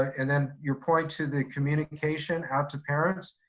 and then your point to the communication out to parents,